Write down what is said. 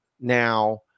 now